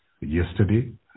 yesterday